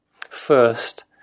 First